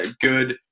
good